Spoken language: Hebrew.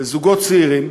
לזוגות צעירים,